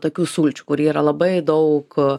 tokių sulčių kur yra labai daug